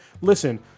listen